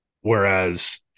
Whereas